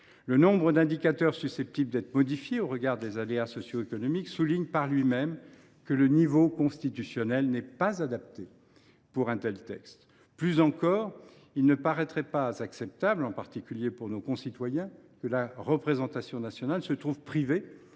le nombre d’indicateurs susceptibles d’être modifiés au regard des aléas socio économiques souligne par lui même que le niveau constitutionnel n’est pas adapté pour un tel texte. De plus, il ne paraîtrait pas acceptable, en particulier pour nos concitoyens, que la représentation nationale se trouve privée